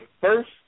first